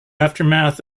aftermath